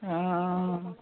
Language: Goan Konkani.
आं